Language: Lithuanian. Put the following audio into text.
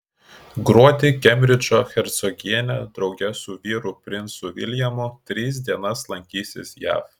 gruodį kembridžo hercogienė drauge su vyru princu viljamu tris dienas lankysis jav